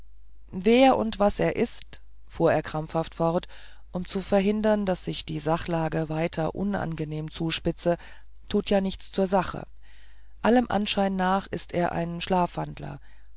wer und was er ist fuhr er krampfhaft fort um zu verhindern daß sich die sachlage weiter unangenehm zuspitze tut ja nichts zur sache allem anschein nach ist er ein schlafwandler